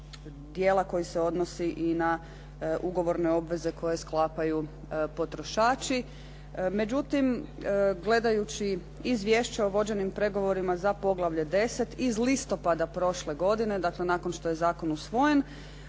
dijela koji se odnosi i na ugovorne obveze koje sklapaju potrošači. Međutim, gledajući i izvješća o vođenim pregovorima za poglavlje 10. iz listopada prošle godine, dakle, nakon što je zakon usvojen